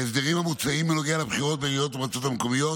ההסדרים המוצעים בנוגע לבחירות בעיריות ובמועצות המקומיות